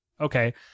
Okay